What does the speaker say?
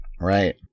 Right